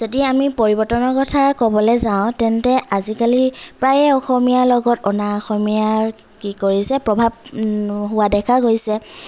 যদি আমি পৰিবৰ্তনৰ কথা কবলৈ যাওঁ তেন্তে আজিকালি প্ৰায়ে অসমীয়াৰ লগত অনা অসমীয়াৰ কি কৰিছে প্ৰভাৱ হোৱা দেখা গৈছে